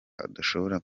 adashobora